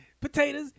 Potatoes